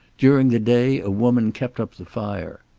during the day a woman kept up the fire.